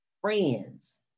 friends